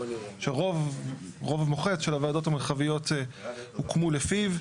שהרוב המוחץ של הוועדות המרחביות הוקמו לפיו,